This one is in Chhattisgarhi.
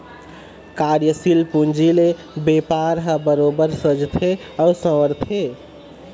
कार्यसील पूंजी ले बेपार ह बरोबर सजथे अउ संवरथे